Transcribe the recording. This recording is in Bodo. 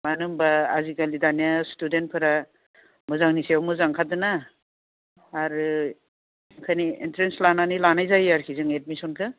मानो होनबा आजिखालि दानि स्टुडेन्टफोरा मोजांनि सायाव मोजां ओंखारदों ना आरो ओंखायनो इन्ट्रेन्स लानानै लानाय जायो आरोखि जों एडमिसनखो